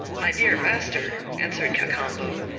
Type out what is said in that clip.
my dear master, answered cacambo,